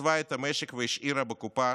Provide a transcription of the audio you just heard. ייצבה את המשק והשאירה בקופה